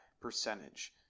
percentage